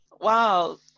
Wow